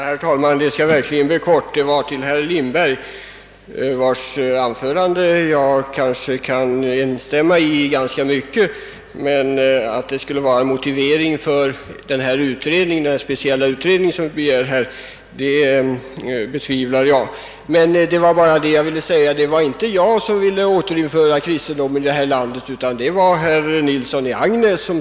Herr talman! Mitt anförande skall verkligen bli kort. Jag vill säga till herr Lindberg att det visserligen var ganska mycket i hans anförande som jag kan instämma i men att jag betvivlar, att det skulle vara någon motivering för den speciella utredning som begärs här. Vad jag närmast ville framhålla var emellertid att det inte var jag som ville återinföra kristendomen i detta land, utan det var herr Nilsson i Agnäs.